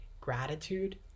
gratitude